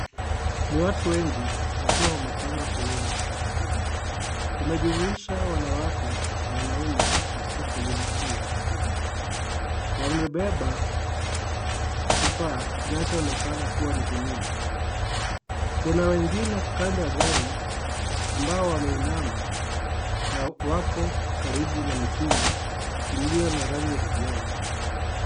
Ni watu wengi wakiwa wamepanga foleni. Imejumuhisha wanawake na wanaume katika foleni huo. Wamebeba kifaa kinachoonekana kuwa ni gunia. Kuna wengine kando ya gari ambao wameinama na wako karibu na mitungi iliyo na rangi ya kijani.